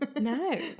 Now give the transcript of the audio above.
No